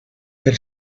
per